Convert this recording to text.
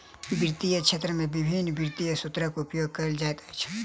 वित्तीय क्षेत्र में विभिन्न वित्तीय सूत्रक उपयोग कयल जाइत अछि